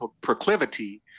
proclivity